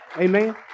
Amen